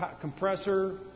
compressor